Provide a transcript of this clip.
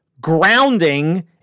Grounding